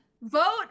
Vote